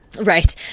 Right